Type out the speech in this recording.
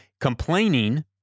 complaining